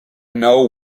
know